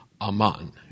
aman